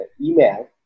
email